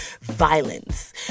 violence